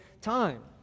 time